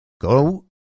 Go